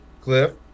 Cliff